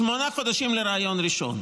שמונה חודשים לריאיון ראשון.